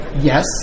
yes